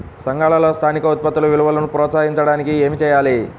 సంఘాలలో స్థానిక ఉత్పత్తుల విలువను ప్రోత్సహించడానికి ఏమి చేయాలి?